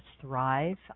thrive